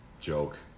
Joke